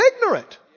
ignorant